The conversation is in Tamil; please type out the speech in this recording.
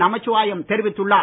நமச்சிவாயம் தெரிவித்துள்ளார்